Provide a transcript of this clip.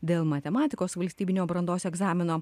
dėl matematikos valstybinio brandos egzamino